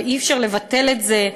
ואי-אפשר לבטל את זה,